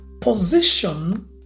Position